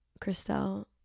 Christelle